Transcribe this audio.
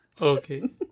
Okay